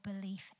belief